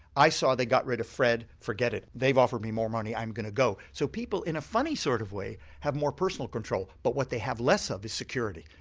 i saw they got rid of fred forget it. they've offered me more money, i'm going to go so people in a funny sort of way have more personal control but what they have less of is security.